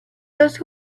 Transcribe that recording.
those